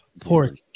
Pork